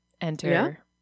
Enter